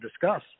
discuss